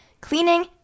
cleaning